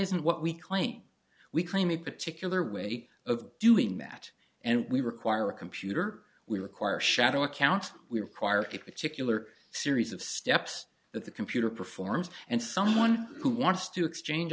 isn't what we claim we claim a particular way of doing that and we require a computer we require shadow accounts we require a particular series of steps that the computer performs and someone who wants to exchange